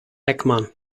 ekman